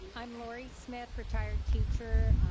i'm laurie smith, retired teacher,